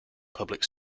public